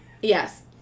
Yes